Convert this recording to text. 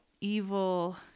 evil